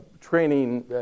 training